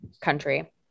Country